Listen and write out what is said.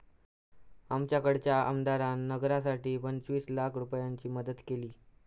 आमच्याकडच्या आमदारान नगरासाठी पंचवीस लाख रूपयाची मदत केली